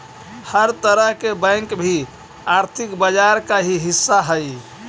हर तरह के बैंक भी आर्थिक बाजार का ही हिस्सा हइ